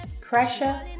pressure